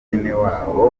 benewabo